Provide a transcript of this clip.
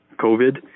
COVID